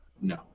No